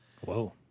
Whoa